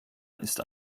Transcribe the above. ist